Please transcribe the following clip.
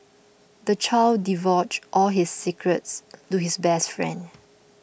the child divulged all his secrets to his best friend